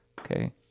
okay